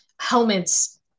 helmets